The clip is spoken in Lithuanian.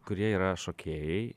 kurie yra šokėjai